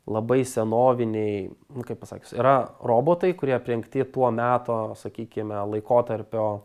labai senoviniai kaip pasakius yra robotai kurie aprengti tuo meto sakykime laikotarpio